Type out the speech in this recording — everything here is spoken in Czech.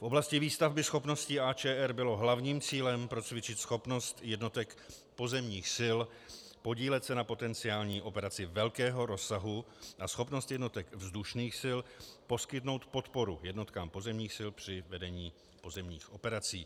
V oblasti výstavby schopností AČR bylo hlavním cílem procvičit schopnost jednotek pozemních sil podílet se na pozemní operaci velkého rozsahu a schopnost jednotek vzdušných sil poskytnout podporu jednotkám pozemních sil při vedení pozemních operací.